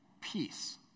peace